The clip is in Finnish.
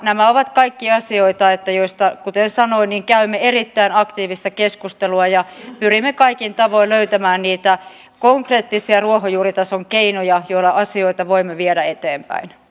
nämä ovat kaikki asioita joista kuten sanoin käymme erittäin aktiivista keskustelua ja pyrimme kaikin tavoin löytämään niitä konkreettisia ruohonjuuritason keinoja joilla asioita voimme viedä eteenpäin